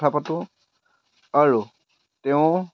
কথা পাতোঁ আৰু তেওঁ